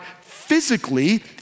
physically